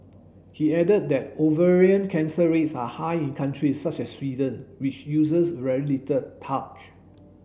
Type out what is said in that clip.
he added that ovarian cancer rates are high in countries such as Sweden which uses very little talc